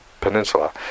Peninsula